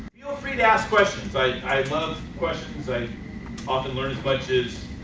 you know free to ask questions. i i love questions. i often learn as much as